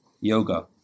yoga